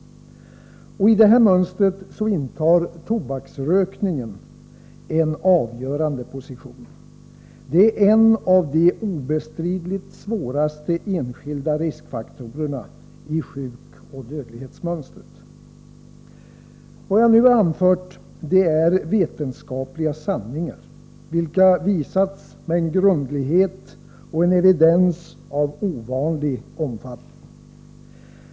Och i dessa mönster intar tobaksrökningen en avgörande position. Den är en av de obestridligt svåraste enskilda riskfaktorerna i sjukoch dödlighetsmönstret. Vad jag nu anfört är vetenskapliga sanningar, vilka visats med en grundlighet och evidens av ovanlig omfattning.